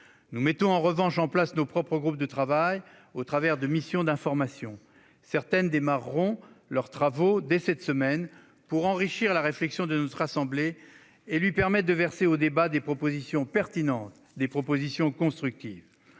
nous mettons en place nos propres groupes de travail au travers de missions d'information. Certaines démarreront leurs travaux dès cette semaine pour enrichir la réflexion de notre assemblée et lui permettre de verser au débat des propositions pertinentes et constructives.